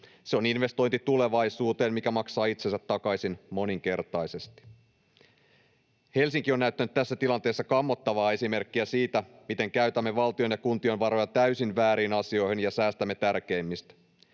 Se on investointi tulevaisuuteen, mikä maksaa itsensä takaisin moninkertaisesti. Helsinki on näyttänyt tässä tilanteessa kammottavaa esimerkkiä siitä, miten käytämme valtion ja kuntien varoja täysin vääriin asioihin ja säästämme tärkeimmistä.